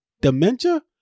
dementia